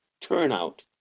turnout